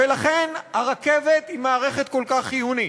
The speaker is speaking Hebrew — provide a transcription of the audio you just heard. ולכן הרכבת היא מערכת כל כך חיונית.